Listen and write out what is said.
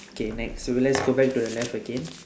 K next so let's go back to the left again